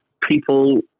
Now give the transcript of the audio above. people